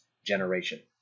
generation